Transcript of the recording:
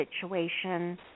situation